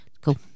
Cool